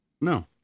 no